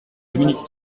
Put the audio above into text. dominique